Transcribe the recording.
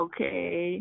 Okay